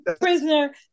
prisoner